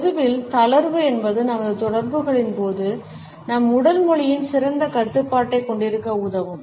பொதுவில் தளர்வு என்பது நமது தொடர்புகளின் போது நம் உடல் மொழியில் சிறந்த கட்டுப்பாட்டைக் கொண்டிருக்க உதவும்